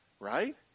Right